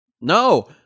no